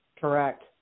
Correct